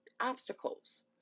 obstacles